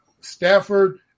Stafford